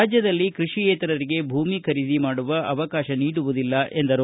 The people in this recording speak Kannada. ರಾಜ್ಯದಲ್ಲಿ ಕೃಷಿಯೇತರರಿಗೆ ಭೂಮಿ ಖರೀದಿ ಮಾಡುವ ಅವಕಾಶ ನೀಡುವುದಿಲ್ಲ ಎಂದರು